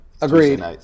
Agreed